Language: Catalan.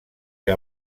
que